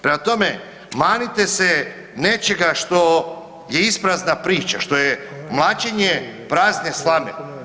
Prema tome, manite se nečega što je isprazna priča, što je mlaćenje prazne slame.